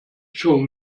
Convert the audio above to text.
schon